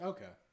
Okay